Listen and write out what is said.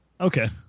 Okay